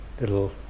little